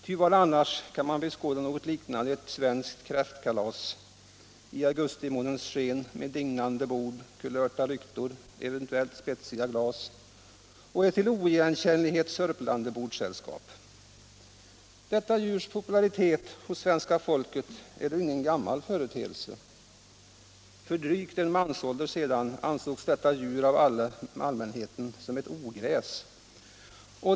Ty var annars kan man beskåda något liknande ett svenskt kräftkalas i augustimånens sken med dignande bord, kulörta lyktor, eventuellt spetsiga glas och ett till oigenkännlighet sörplande bordssällskap? Detta djurs popularitet hos svenska folket är ingen gammal företeelse. För drygt en mansålder sedan ansågs detta djur av allmänheten som ett ”ogräs”.